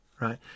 right